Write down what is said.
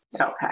Okay